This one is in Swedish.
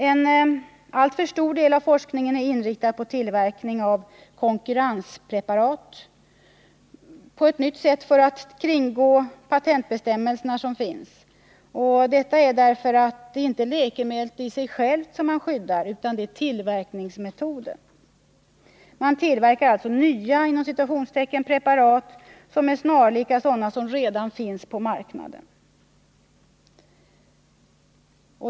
En alltför stor del av forskningen är inriktad på tillverkning av konkurrenspreparat på ett nytt sätt för att kringgå patentbestämmelserna — detta därför att det inte är läkemedlet i sig självt man skyddar utan tillverkningsmetoden. Man tillverkar alltså ”nya” preparat, som är snarlika sådana som redan finns på marknaden.